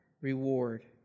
reward